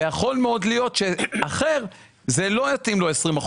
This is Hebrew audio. ויכול להיות שלאחר לא יתאים 20%,